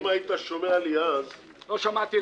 אם היית שומע לי אז -- לא שמעתי לך אז.